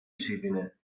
شیرینه